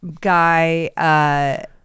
guy